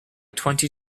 twenty